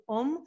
om